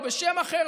לא בשם אחר,